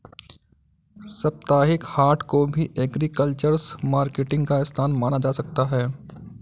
साप्ताहिक हाट को भी एग्रीकल्चरल मार्केटिंग का स्थान माना जा सकता है